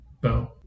bow